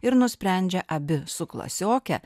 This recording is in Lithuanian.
ir nusprendžia abi su klasioke